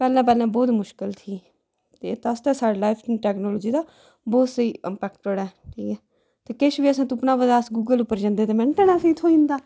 पैह्लें पैह्लें बोहत मुश्कल थी इस आस्तै साढ़ी लाइफ टैक्नोलजी दा बोहत स्हेई इंपैक्ट पेआ ऐ ते किश बी तुप्पना होऐ तां अस गुगल पर जंदे ते मैंटें ने होई जंदा